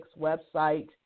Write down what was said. website